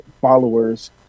followers